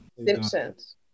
Simpsons